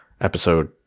episode